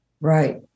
Right